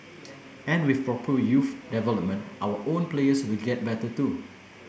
and with proper youth development our own players will get better too